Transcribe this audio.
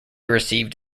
received